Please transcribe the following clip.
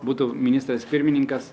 būtų ministras pirmininkas